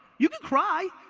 you can cry,